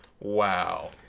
wow